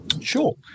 Sure